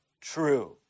true